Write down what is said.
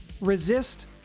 resist